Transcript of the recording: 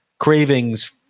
cravings